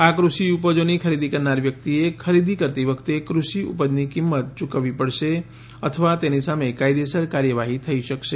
આ કૃષિ ઉપજોની ખરીદી કરનાર વ્યક્તિએ ખરીદી કરતી વખતે કૃષિ ઉપજની કિંમત ચૂકવવી પડશે અથવા તેની સામે કાયદેસર કાર્યવાહી થઈ શકશે